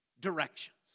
directions